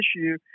issue